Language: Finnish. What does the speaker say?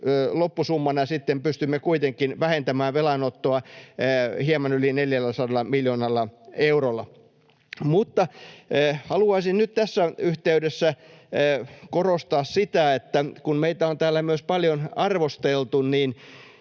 loppusummana sitten pystymme kuitenkin vähentämään velanottoa hieman yli 400 miljoonalla eurolla. Mutta haluaisin nyt tässä yhteydessä korostaa sitä, että kun meitä on täällä myös paljon arvosteltu, niin